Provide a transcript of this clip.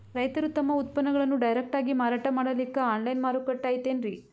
ರೈತರು ತಮ್ಮ ಉತ್ಪನ್ನಗಳನ್ನು ಡೈರೆಕ್ಟ್ ಆಗಿ ಮಾರಾಟ ಮಾಡಲಿಕ್ಕ ಆನ್ಲೈನ್ ಮಾರುಕಟ್ಟೆ ಐತೇನ್ರೀ?